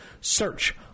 Search